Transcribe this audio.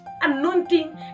Anointing